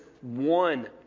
one